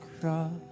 cross